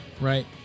right